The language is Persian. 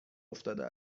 افتاده